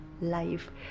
life